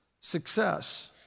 success